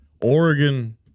Oregon